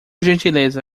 gentileza